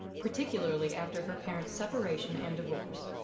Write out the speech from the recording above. particularly after her parents separation and divorce.